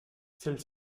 celle